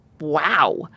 wow